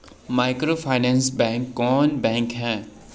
Microfinance bank कौन bank है?